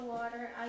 Water